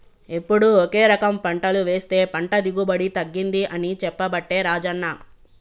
ఎప్పుడు ఒకే రకం పంటలు వేస్తె పంట దిగుబడి తగ్గింది అని చెప్పబట్టే రాజన్న